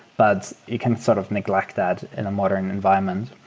but you can sort of neglect that in a modern environment.